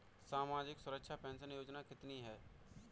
सामाजिक सुरक्षा पेंशन योजना कितनी हैं?